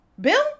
Bill